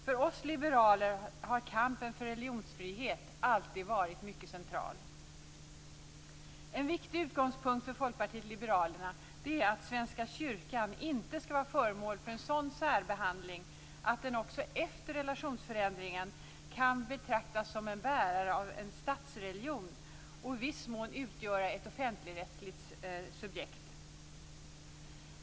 För oss liberaler har kampen för religionsfrihet alltid varit mycket central. En viktig utgångspunkt för Folkpartiet liberalerna är att Svenska kyrkan inte skall vara föremål för en sådan särbehandling att den också efter relationsförändringen kan betraktas som en bärare av en statsreligion och i viss mån utgöra ett offentligrättsligt subjekt.